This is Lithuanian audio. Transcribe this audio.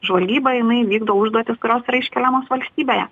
žvalgyba jinai vykdo užduotis kurios yra iškeliamos valstybėje